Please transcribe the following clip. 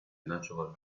natural